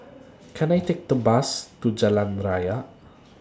Can I Take A Bus to Jalan Raya